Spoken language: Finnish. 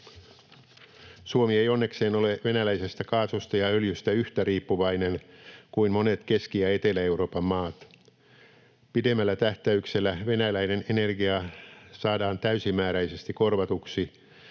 Suomi ei onnekseen ole venäläisestä kaasusta ja öljystä yhtä riippuvainen kuin monet Keski- ja Etelä-Euroopan maat. Pidemmällä tähtäyksellä venäläinen energia saadaan täysimääräisesti korvatuksi,